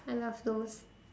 I love those